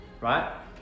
right